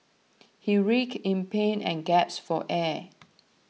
he rick in pain and gaps for air